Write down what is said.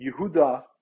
Yehuda